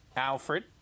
Alfred